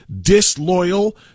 disloyal